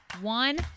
one